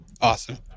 Awesome